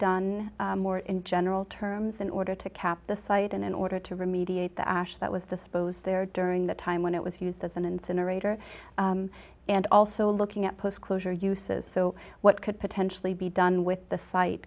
more in general terms in order to kept the site and in order to remediate the ash that was disposed there during the time when it was used as an incinerator and also looking at post closure uses so what could potentially be done with the site